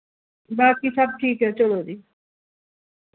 बाकि सब ठीक ऐ चलो जी